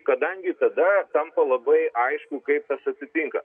kadangi tada tampa labai aišku kaip tas atsitinka